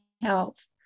health